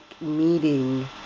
meeting